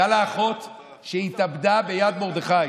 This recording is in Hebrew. הייתה לה אחות שהתאבדה ביד מרדכי.